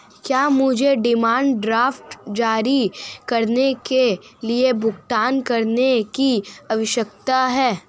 क्या मुझे demand draft जारी करने के लिए भुगतान करने की आवश्यकता है?